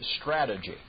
strategy